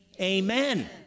amen